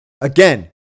again